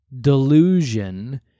delusion